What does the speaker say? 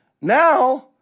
Now